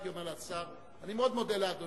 הייתי אומר לשר: אני מאוד מודה לאדוני,